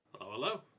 Hello